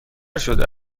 شده